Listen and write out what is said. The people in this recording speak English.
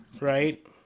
right